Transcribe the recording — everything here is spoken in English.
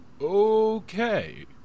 Okay